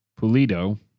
Pulido